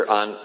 on